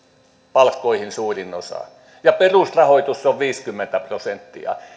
palkkoihin menee suurin osa ja perusrahoitus on viisikymmentä prosenttia